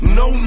no